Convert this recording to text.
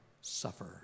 suffer